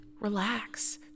relax